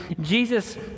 Jesus